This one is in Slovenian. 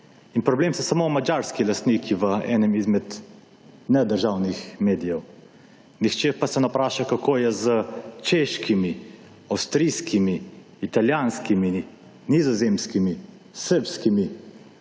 In problem so samo madžarski lastniki v enem izmed nedržavnih medijev. Nihče pa se ne vpraša kako je s češkimi, avstrijskimi, italijanskimi, nizozemskimi, srbskimi